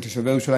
כתושבי ירושלים,